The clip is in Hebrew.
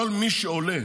כל מי שעולה,